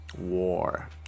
war